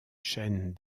chaîne